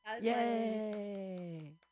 Yay